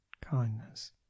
kindness